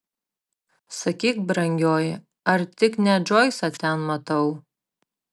sakyk brangioji ar tik ne džoisą ten matau